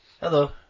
Hello